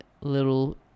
little